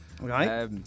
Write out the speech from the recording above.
right